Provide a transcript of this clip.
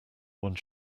one